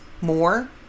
more